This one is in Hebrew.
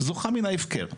זוכה מן ההפקר,